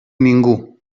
ningú